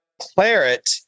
claret